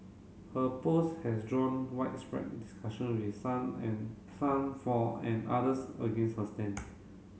her post has drawn widespread discussion with some and some for and others against her stand